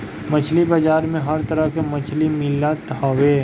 मछरी बाजार में हर तरह के मछरी मिलत हवे